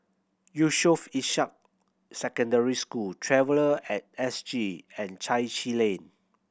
Yusof Ishak Secondary School Traveller At S G and Chai Chee Lane